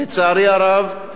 לצערי הרב,